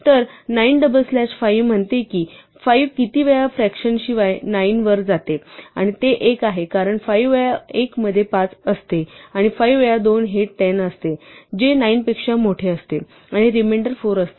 तर 9 double slash 5 म्हणते की 5 किती वेळा फ्रकॅशन शिवाय 9 वर जाते आणि ते 1 आहे कारण 5 वेळा 1 मध्ये 5 असते आणि 5 वेळा 2 हे 10 असते जे 9 पेक्षा मोठे असते आणि रिमेंडर 4 असते